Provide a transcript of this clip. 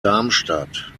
darmstadt